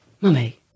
mummy